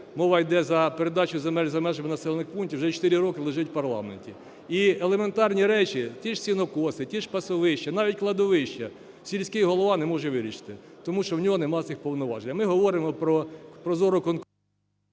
мова йде за передачу земель за межами населених пунктів – вже чотири роки лежить у парламенті. І елементарні речі – ті ж сінокоси, ті ж пасовища, навіть кладовища – сільський голова не може вирішити, тому що в нього нема цих повноважень. А ми говоримо про розору…